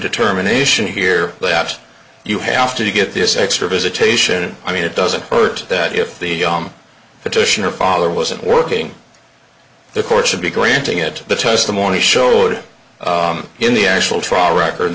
determination here that you have to get this extra visitation i mean it doesn't hurt that if the home petitioner father wasn't working the court should be granting it the testimony showed in the actual trial record